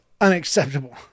unacceptable